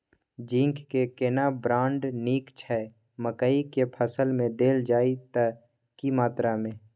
Zinc के केना brand नीक छैय मकई के फसल में देल जाए त की मात्रा में?